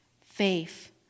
faith